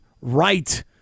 right